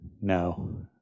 no